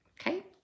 okay